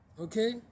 Okay